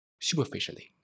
superficially